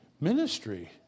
ministry